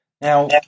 Now